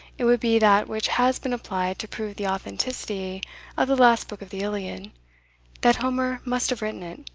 it would be that which has been applied to prove the authenticity of the last book of the iliad that homer must have written it,